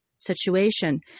Situation